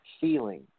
Feeling